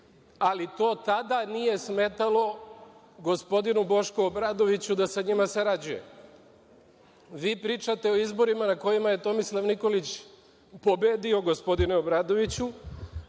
ali to tada nije smetalo gospodinu Bošku Obradoviću da sa njima sarađuje. Vi pričate o izborima na kojima je Tomislav Nikolić pobedio, gospodine Obradoviću,